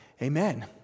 Amen